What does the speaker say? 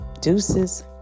Deuces